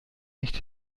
nicht